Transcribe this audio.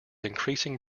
increasing